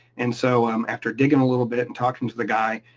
and so, um after digging a little bit and talking to the guy,